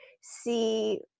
see